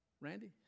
Randy